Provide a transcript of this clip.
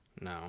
No